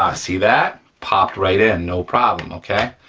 ah see that? popped right in, no problem, okay.